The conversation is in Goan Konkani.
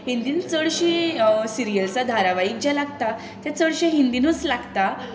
हिंदीन चडशीं सिरियल्सां धारावाईक जे लागता ते चडशे हिंदीनूच लागता